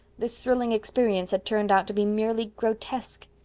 this thrilling experience had turned out to be merely grotesque.